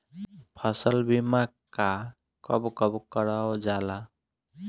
फसल बीमा का कब कब करव जाला?